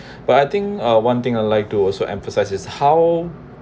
but I think uh one thing I'd like to also emphasizes is how